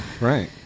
Right